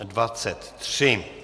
23.